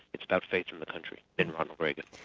it's about faith in the country and ronald reagan.